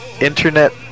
internet